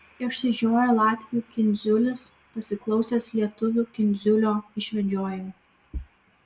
išsižioja latvių kindziulis pasiklausęs lietuvių kindziulio išvedžiojimų